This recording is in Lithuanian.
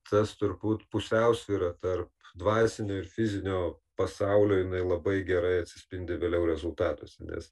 tas turbūt pusiausvyra tarp dvasinio ir fizinio pasaulio jinai labai gerai atsispindi vėliau rezultatuose nes